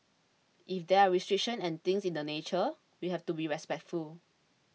if there are restrictions and things in that nature we have to be respectful